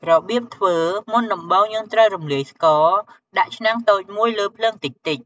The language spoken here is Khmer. របៀបធ្វើមុនដំបូងយើងត្រូវរំលាយស្ករ ដាក់ឆ្នាំងតូចមួយលើភ្លើងតិចៗ។